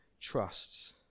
trusts